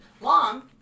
Long